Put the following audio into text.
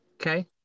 Okay